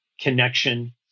connection